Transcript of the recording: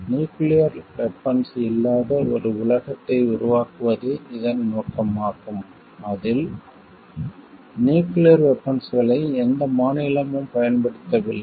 nuclear weapons இல்லாத ஒரு உலகத்தை உருவாக்குவதே இதன் நோக்கமாகும் அதில் நியூக்கிளியர் வெபன்ஸ்களை எந்த மாநிலமும் பயன்படுத்தவில்லை